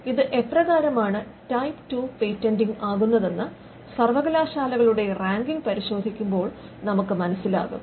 ഇത് എപ്രകാരമാണ് type 2 patenting ആകുന്നതെന്ന് സർവകലാശാലകളുടെ റാങ്കിംഗ് പരിശോധിക്കുമ്പോൾ നമുക്ക് മനസ്സിലാകും